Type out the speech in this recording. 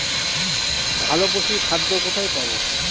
ভালো পশুর খাদ্য কোথায় পাবো?